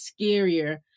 scarier